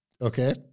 Okay